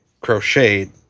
crocheted